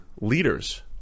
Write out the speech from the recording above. leaders